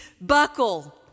buckle